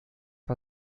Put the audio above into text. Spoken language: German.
war